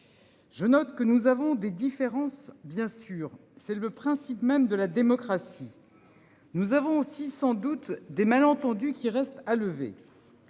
Je note que nous avons des différences bien sûr c'est le principe même de la démocratie. Nous avons aussi sans doute des malentendus qui restent à lever.--